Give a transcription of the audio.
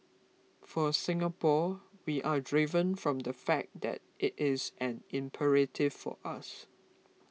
for Singapore we are driven from the fact that it is an imperative for us